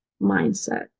mindset